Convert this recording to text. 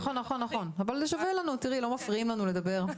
נכון, אבל שווה לנו, לא מפריעים לנו לדבר.